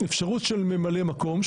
אפשרות של ממלא מקום,